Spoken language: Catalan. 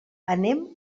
anem